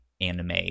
anime